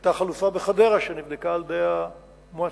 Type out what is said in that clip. והיתה חלופה בחדרה שנבדקה על-ידי המועצה.